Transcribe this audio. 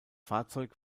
fahrzeug